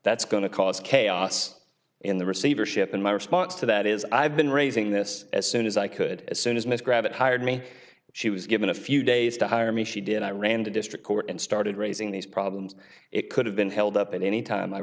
that's going to cause chaos in the receivership and my response to that is i've been raising this as soon as i could as soon as miss gravatt hired me she was given a few days to hire me she did i ran to district court and started raising these problems it could have been held up at any time i